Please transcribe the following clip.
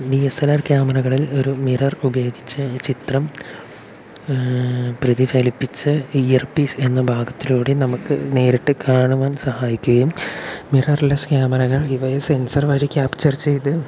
DSLR ക്യാമറകളിൽ ഒരു mirror ഉപയോഗിച്ച് ചിത്രം പ്രതിഫലിപ്പിച്ച് ഇയർപീസ് എന്ന ഭാഗത്തിലൂടെ നമുക്ക് നേരിട്ട് കാണുവാൻ സഹായിക്കുകയും മിറർലെസ്സ് ക്യാമറകൾ ഇവയെ സെൻസർ വഴി ക്യാപ്ചർ ചെയ്ത്